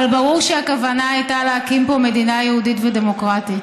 אבל ברור שהכוונה הייתה להקים פה מדינה יהודית ודמוקרטית.